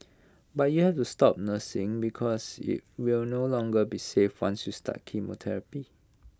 but you have the stop nursing because IT will no longer be safe once you start chemotherapy